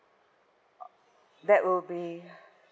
that will be